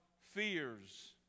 fears